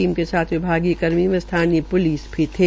team के साथ विभागीय कर्मी व स्थानीय प्लिस भी थी